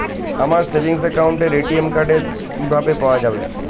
আমার সেভিংস অ্যাকাউন্টের ATM card কিভাবে পাওয়া যাবে?